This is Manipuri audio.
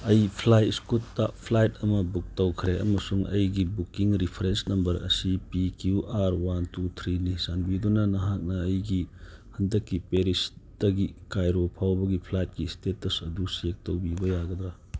ꯑꯩ ꯐ꯭ꯂꯥꯏ ꯁ꯭ꯀꯨꯠꯇ ꯐ꯭ꯂꯥꯏꯠ ꯑꯃ ꯕꯨꯛ ꯇꯧꯈ꯭ꯔꯦ ꯑꯃꯁꯨꯡ ꯑꯩꯒꯤ ꯕꯨꯛꯀꯤꯡ ꯔꯤꯐ꯭ꯔꯦꯟꯁ ꯅꯝꯕꯔ ꯑꯁꯤ P Q R one two ꯊ꯭ꯔꯤꯅꯤ ꯆꯥꯟꯕꯤꯗꯨꯅ ꯅꯍꯥꯛꯅ ꯑꯩꯒꯤ ꯍꯟꯗꯛꯀꯤ ꯄꯦꯔꯤꯁꯇꯒꯤ ꯀꯥꯏꯔꯣ ꯐꯥꯎꯕꯒꯤ ꯐ꯭ꯂꯥꯏꯇꯀꯤ ꯁ꯭ꯇꯦꯇꯁ ꯑꯗꯨ ꯆꯦꯛ ꯇꯧꯕꯤꯕ ꯌꯥꯒꯗ꯭ꯔ